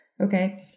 Okay